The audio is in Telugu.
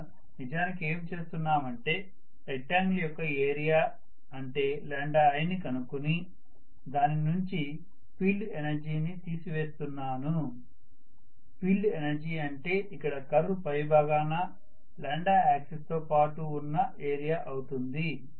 ఇక్కడ నిజానికి ఏమి చేస్తున్నాము అంటే రెక్టాంగిల్ యొక్క ఏరియా అంటే i ని కనుక్కొని దాని నుంచి ఫీల్డ్ ఎనర్జీ ని తీసి వేస్తున్నాను ఫీల్డ్ ఎనర్జీ అంటే ఇక్కడ కర్వ్ పైభాగాన యాక్సిస్ తో పాటు ఉన్న ఏరియా అవుతుంది